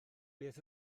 beth